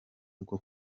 bwo